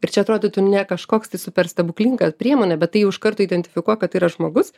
ir čia atrodytų ne kažkoks tai super stebuklinga priemonė bet tai jau iš karto identifikuoja kad tai yra žmogus